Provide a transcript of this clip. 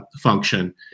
function